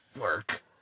work